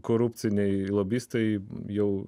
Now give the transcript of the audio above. korupciniai lobistai jau